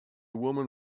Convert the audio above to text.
woman